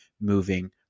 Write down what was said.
moving